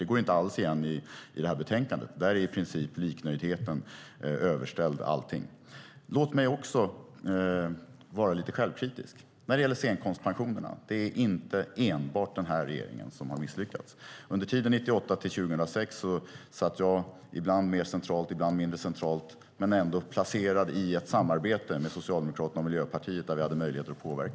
Det går inte alls igen i betänkandet. Där är i princip liknöjdheten överställd allting. Låt mig också vara lite självkritisk. När det gäller scenkonstpensionerna är det inte enbart denna regering som har misslyckats. Under tiden 1998-2006 satt jag, ibland mer centralt och ibland mindre centralt, men ändå placerad i ett samarbete med Socialdemokraterna och Miljöpartiet där vi hade möjligheter att påverka.